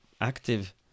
active